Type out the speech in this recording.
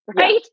right